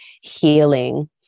healing